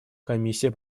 комиссия